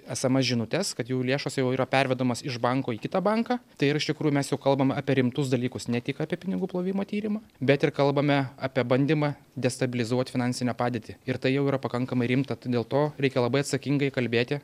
esemes žinutes kad jau lėšos jau yra pervedamos iš banko į kitą banką tai ir iš tikrųjų mes kalbame apie rimtus dalykus ne tik apie pinigų plovimo tyrimą bet ir kalbame apie bandymą destabilizuot finansinę padėtį ir tai jau yra pakankamai rimta tai dėl to reikia labai atsakingai kalbėti